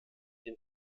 dem